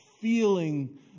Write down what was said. feeling